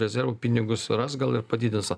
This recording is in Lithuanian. rezervų pinigus ras gal ir padidins a